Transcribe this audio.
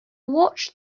watched